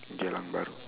Geylang-Bahru